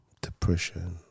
depression